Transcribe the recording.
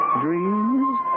dreams